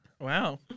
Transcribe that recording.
Wow